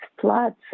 floods